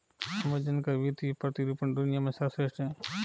Amazon का वित्तीय प्रतिरूपण दुनिया में सर्वश्रेष्ठ है